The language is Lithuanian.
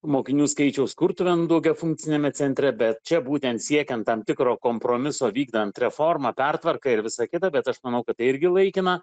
mokinių skaičiaus kurtuvėnų daugiafunkciniame centre bet čia būtent siekiant tam tikro kompromiso vykdant reformą pertvarką ir visa kita bet aš manau kad tai irgi laikina